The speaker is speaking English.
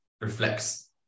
reflects